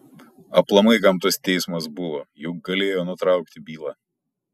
aplamai kam tas teismas buvo juk galėjo nutraukti bylą